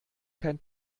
kein